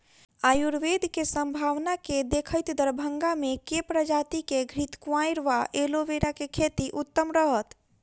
आयुर्वेद केँ सम्भावना केँ देखैत दरभंगा मे केँ प्रजाति केँ घृतक्वाइर वा एलोवेरा केँ खेती उत्तम रहत?